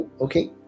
Okay